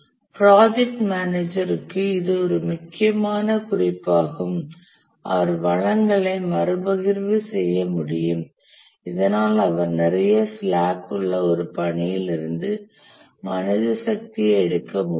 project manager க்கு இது ஒரு மிக முக்கியமான குறிப்பாகும் அவர் வளங்களை மறுபகிர்வு செய்ய முடியும் இதனால் அவர் நிறைய ஸ்லாக் உள்ள ஒரு பணியில் இருந்து மனித சக்தியை எடுக்க முடியும்